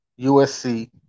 usc